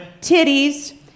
titties